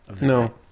No